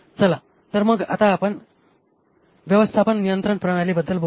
चला तर मग आता व्यवस्थापन नियंत्रण प्रणालीबद्दल बोलू